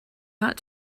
not